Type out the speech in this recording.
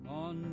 on